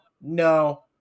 no